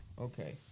Okay